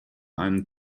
einen